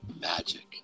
magic